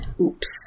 Oops